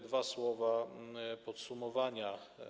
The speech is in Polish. Dwa słowa podsumowania.